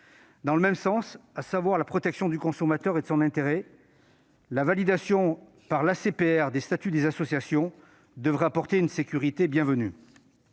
Dans le même sens, à savoir la protection du consommateur et de son intérêt, la validation par l'ACPR des statuts des associations devrait apporter une sécurité bienvenue.